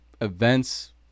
events